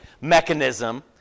mechanism